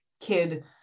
kid